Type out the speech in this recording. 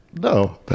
No